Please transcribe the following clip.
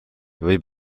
võib